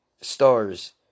stars